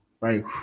right